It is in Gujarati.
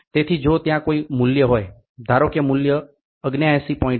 તેથી જો ત્યાં કોઈ મૂલ્ય હોય ધારો કે મૂલ્ય 79